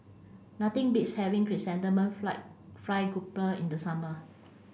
nothing beats having Chrysanthemum Fried Fried Grouper in the summer